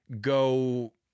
go